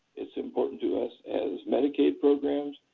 it's important to us as medicaid programs,